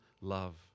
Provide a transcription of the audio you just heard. love